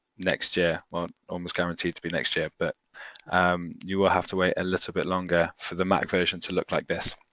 next year, almost guaranteed to be next year but you will have to wait a little bit longer for the mac version to look like this.